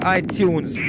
iTunes